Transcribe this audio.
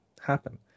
happen